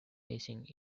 facing